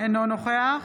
אינו נוכח